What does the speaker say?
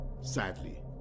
sadly